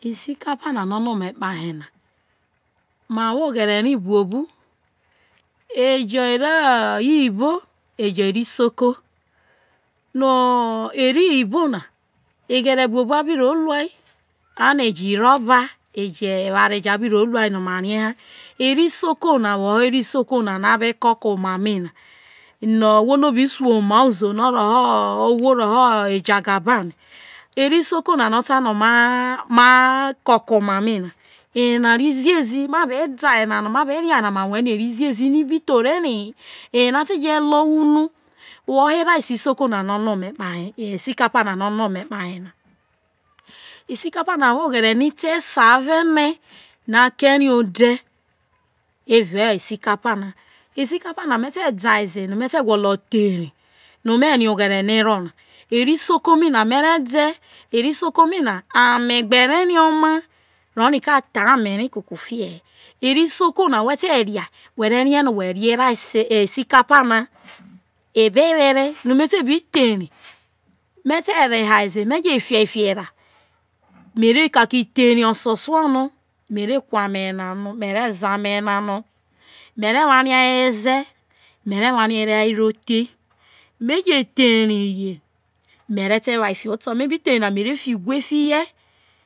Isicapa na no ono ome kpahe na ma wo oghere ri bnobu, eyo ero iyibo who ero isoko, no iriyibo na eghere buobu a bi ro lua ano igo iroba ejo eware jo abi ro lua no ma rie ha eri isoko na no ma be ko ke oma mi na no ohwo no obi su omai uzo ohwo ro ho ejagaban eri isoko na no ota na ma ko ke oma mina eyena ro ziezi ma be da na ma be ria na ibitho re ri hi eyena te je loho unu. Who erase isoko na no isicapana no ono ome kpahe na, isicapapa awo oghere no ote esa aro ene no a keri ode erao isicapapa, isicapapa na me te dai ze no me te gwolo the ri, no me rie oghere no ero no iri isoko mi na mere de iri isoko mi na ame gbe re ro oma oroniko atheo ame na kufie he iri isoko na whe te ria were rie no erase isicapapa na ebe were no me te be theri me te re haze me te bi the ri mere fia fiho era ososuo no mere kuo ame ye na mere ze ame yena no mere waria weze mere kuo ame ye na no me re waria ro the me je theri y mere te wai fiho oto me bi the nai me re fi ugwe fia